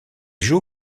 joue